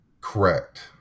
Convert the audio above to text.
Correct